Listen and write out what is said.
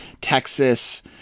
Texas